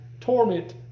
torment